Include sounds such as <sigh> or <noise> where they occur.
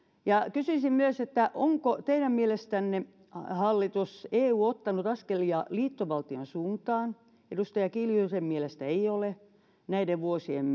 kysyisin myös onko teidän mielestänne hallitus eu ottanut askelia liittovaltion suuntaan edustaja kiljusen mielestä ei ole näiden vuosien <unintelligible>